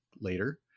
later